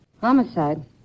Homicide